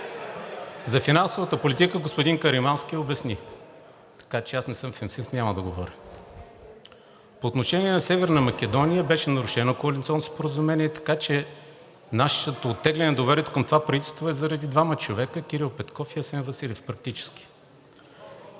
За финансовата политика господин Каримански обясни, така че аз не съм финансист и няма да говоря. По отношение на Северна Македония беше нарушено коалиционното споразумение, така че нашето оттегляне на доверието към това правителство е практически заради двама човека – Кирил Петков и Асен Василев. Кирил